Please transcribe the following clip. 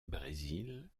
brésil